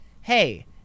Hey